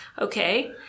Okay